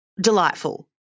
delightful